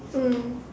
mm